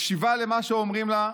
מקשיבה למה שאומרים לה,